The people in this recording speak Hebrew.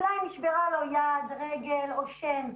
זה אולי משום שנשברה לו יד או רגל או שן,